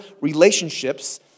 relationships